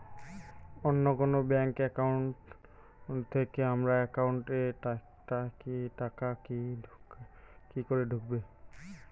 অন্য কোনো bank account থেকে আমার একাউন্ট এ টাকা কি করে ঢুকবে?